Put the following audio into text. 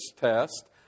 test